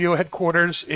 headquarters